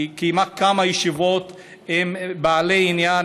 וקיימה כמה ישיבות עם בעלי עניין,